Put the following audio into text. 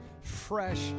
fresh